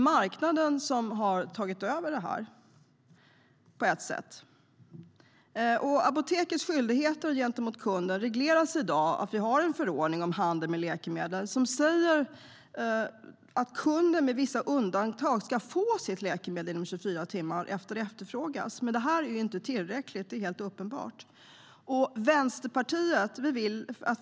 Marknaden har tagit över. Apotekens skyldigheter gentemot kunden regleras i dag genom en förordning om handel med läkemedel som säger att kunden, med vissa undantag, ska få sitt läkemedel inom 24 timmar efter att det efterfrågats. Men det är uppenbarligen inte tillräckligt.